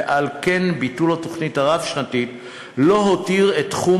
ועל כן ביטול התוכנית הרב-שנתית לא הותיר את תחום